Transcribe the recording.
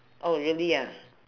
oh really ah